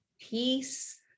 peace